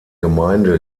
gemeinde